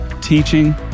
teaching